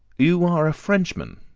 you are a frenchman,